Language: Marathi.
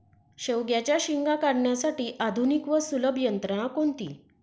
शेवग्याच्या शेंगा काढण्यासाठी आधुनिक व सुलभ यंत्रणा कोणती?